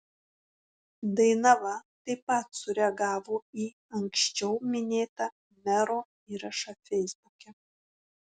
dainava taip pat sureagavo į anksčiau minėtą mero įrašą feisbuke